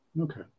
Okay